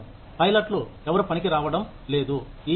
పైలట్లు ఎవరు పనికి రావడం లేదు ఈ రోజు